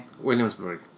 Williamsburg